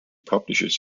publishes